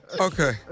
Okay